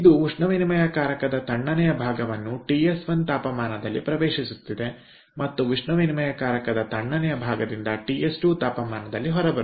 ಇದು ಉಷ್ಣ ವಿನಿಮಯಕಾರಕದ ತಣ್ಣನೆಯ ಭಾಗವನ್ನು ಟಿಎಸ್1 ತಾಪಮಾನದಲ್ಲಿ ಪ್ರವೇಶಿಸುತ್ತಿವೆ ಮತ್ತು ಉಷ್ಣ ವಿನಿಮಯಕಾರಕದ ತಣ್ಣನೆಯ ಭಾಗದಿಂದ ಟಿಎಸ್2 ತಾಪಮಾನದಲ್ಲಿ ಹೊರಬರುತ್ತಿದೆ